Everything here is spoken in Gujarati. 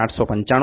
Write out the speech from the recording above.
895 0